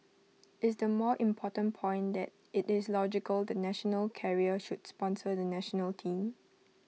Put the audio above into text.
is the more important point that IT is logical the national carrier should sponsor the National Team